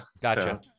Gotcha